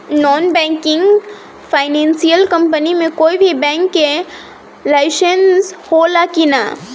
Non banking financial company मे कोई भी बैंक के लाइसेन्स हो ला कि ना?